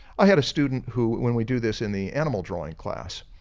i had a student who when we do this in the animal drawing class,